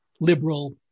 liberal